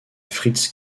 fritz